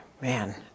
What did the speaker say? man